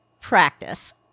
practice